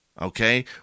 okay